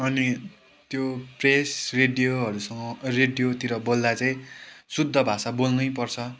अनि त्यो प्रेस रेडियोहरूसँग रेडियोतिर बोल्दा चाहिँ शुद्ध भाषा बोल्नै पर्छ